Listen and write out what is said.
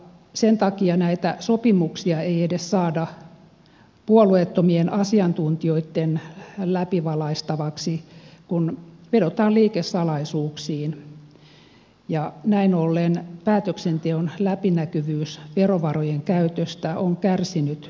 sen takia näitä sopimuksia ei edes saada puolueettomien asiantuntijoitten läpivalaisemaksi kun vedotaan liikesalaisuuksiin ja näin ollen päätöksenteon läpinäkyvyys verovarojen käytössä on kärsinyt hyvin paljon